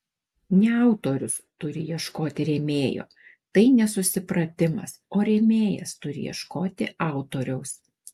ne autorius turi ieškoti rėmėjo tai nesusipratimas o rėmėjas turi ieškoti autoriaus